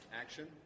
action